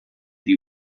die